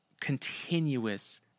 continuous